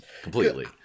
completely